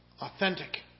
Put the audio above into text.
authentic